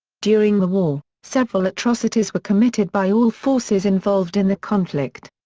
during the war, several atrocities were committed by all forces involved in the conflict.